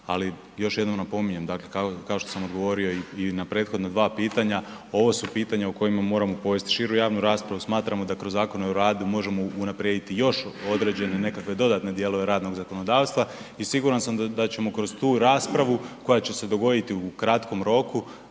Ali još jednom napominjem dakle kao što sam odgovorio i na prethodna dva pitanja ovo su pitanja o kojima moramo povesti širu javnu raspravu. Smatramo da kroz zakone o radu možemo unaprijediti još određene nekakve dodatne dijelove radnog zakonodavstva i siguran sam da ćemo kroz tu raspravu koja će se dogoditi u kratkom roku